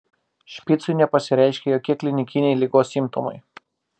špicui nepasireiškė jokie klinikiniai ligos simptomai